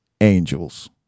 Angels